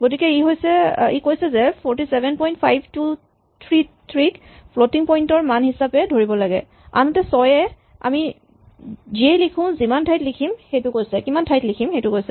গতিকে ই কৈছে যে ৪৭৫২৩ ক ফ্লটিং পইন্ট ৰ মান হিচাপে ধৰিব লাগে আনহাতে ৬ য়ে আমি যিয়েই লিখো কিমান ঠাইত লিখিম সেইটো কৈছে